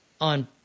On